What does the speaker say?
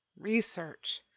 research